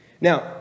Now